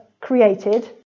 created